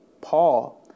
Paul